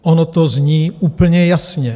Ono to zní úplně jasně.